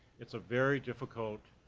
it's a very difficult,